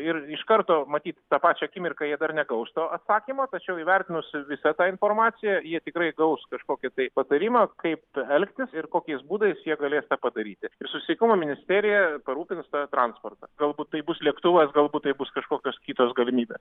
ir iš karto matyt tą pačią akimirką jie dar negaus to atsakymo tačiau įvertinus visą tą informaciją jie tikrai gaus kažkokį tai patarimą kaip elgtis ir kokiais būdais jie galės tą padaryti ir susisiekimo ministerija parūpins tą transportą galbūt tai bus lėktuvas galbūt tai bus kažkokios kitos galimybės